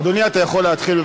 אדוני, אתה יכול להתחיל.